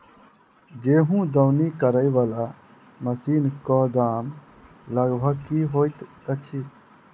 गेंहूँ दौनी करै वला मशीन कऽ दाम लगभग की होइत अछि?